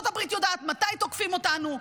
ארצות הברית יודעת מתי תוקפים אותנו,